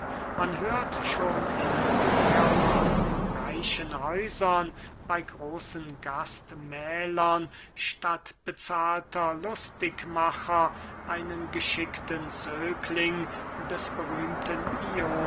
man hört schon in mehrern reichen häusern bey großen gastmählern statt bezahlter lustigmacher einen geschickten zögling des berühmten